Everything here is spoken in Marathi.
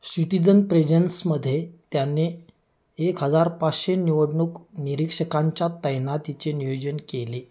शिटीजन प्रेझेन्समध्ये त्यांनी एक हजार पाचशे निवडणूक निरीक्षकांच्या तैनातीचे नियोजन केले